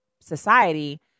society